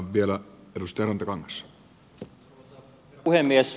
arvoisa herra puhemies